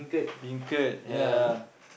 beancurd ya